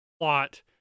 plot